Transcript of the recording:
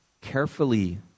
carefully